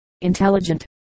intelligent